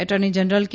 attorney general કે